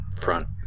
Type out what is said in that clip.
front